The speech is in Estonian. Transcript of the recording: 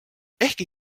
ehkki